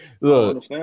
Look